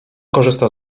korzysta